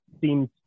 seems